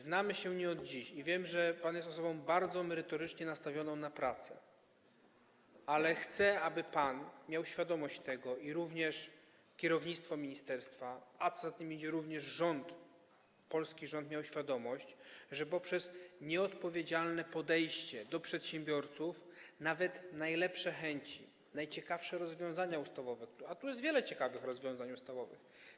Znamy się nie od dziś i wiem, że pan jest osobą bardzo merytoryczną, nastawioną na pracę, ale chcę, aby miał pan świadomość tego, również kierownictwo ministerstwa, a co za tym idzie - również żeby polski rząd miał świadomość, że gdy jest nieodpowiedzialne podejście do przedsiębiorców, to nawet najlepsze chęci, najciekawsze rozwiązania ustawowe, a w tym projekcie jest wiele ciekawych rozwiązań ustawowych.